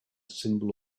symbol